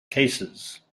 cases